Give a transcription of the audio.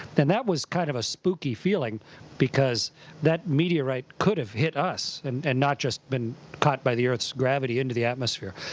and that was kind of a spooky feeling because that meteorite could have hit us and not just been caught by the earth's gravity into the atmosphere.